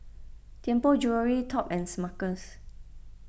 Tianpo Jewellery Top and Smuckers